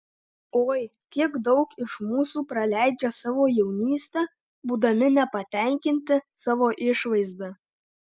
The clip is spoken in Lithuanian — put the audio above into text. oi kiek daug iš mūsų praleidžia savo jaunystę būdami nepatenkinti savo išvaizda